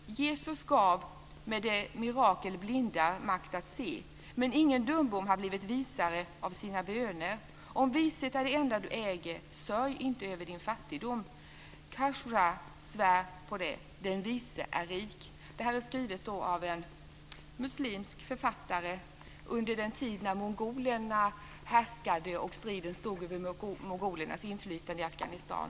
Jesus gav med sina mirakel blinda makt att se. Men ingen dumbom har blivit visare av sina böner. Om vishet är det enda du äger, sörj inte över din fattigdom. Khushhal svär på det: den vise är rik. Detta är skrivet av en muslimsk författare under den tid när mongolerna härskade och striden stod om mongolernas inflytande i Afghanistan.